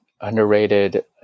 underrated